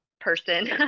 person